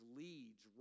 leads